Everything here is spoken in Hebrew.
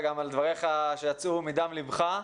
וגם על דבריך שיצאו מדם ליבך.